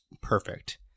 perfect